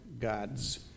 gods